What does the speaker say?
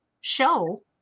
show